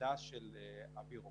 להיות שחלק ממה